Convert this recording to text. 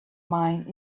mine